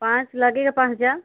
पाँच लगेगा पाँच हज़ार